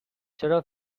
چرا